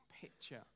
picture